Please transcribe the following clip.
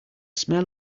smell